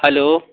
hello